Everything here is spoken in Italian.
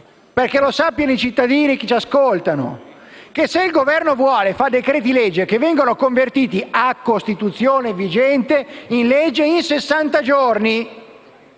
perché lo sappiano i cittadini che ci ascoltano - che se il Governo vuole, emana decreti-legge che vengono convertiti in legge a Costituzione vigente entro sessanta giorni.